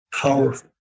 powerful